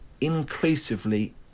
inclusively